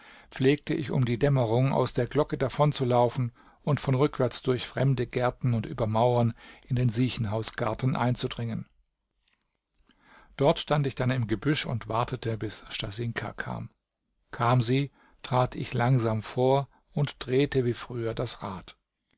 pflegte ich um die dämmerung aus der glocke davonzulaufen und von rückwärts durch fremde gärten und über mauern in den siechenhausgarten einzudringen dort stand ich dann im gebüsch und wartete bis stasinka kam kam sie trat ich langsam vor und drehte wie früher das rad